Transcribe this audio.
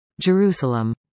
Jerusalem